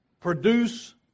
produce